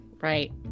right